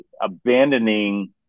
abandoning